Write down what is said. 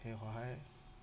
সেই সহায়